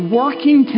working